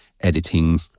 editing